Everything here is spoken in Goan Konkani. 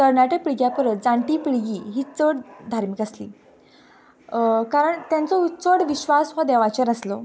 तरणाट्या पिळग्या परस जाणटी पिळगी ही चड धार्मीक आसली कारण तांचो चड विश्वास हो देवाचेर आसलो